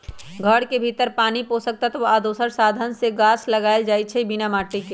घर के भीतर पानी पोषक तत्व आ दोसर साधन से गाछ लगाएल जाइ छइ बिना माटिके